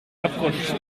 approche